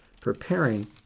preparing